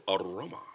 aroma